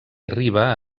arriba